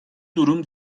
durum